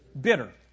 Bitter